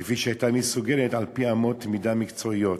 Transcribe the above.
כפי שהייתה מסוגלת על-פי אמות מידה מקצועיות,